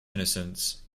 innocence